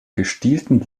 gestielten